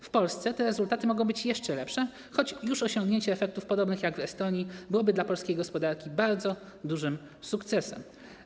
W Polsce te rezultaty mogą być jeszcze lepsze, choć już osiągnięcie efektów podobnych do tych z Estonii byłoby dla polskiej gospodarki bardzo dużym sukcesem.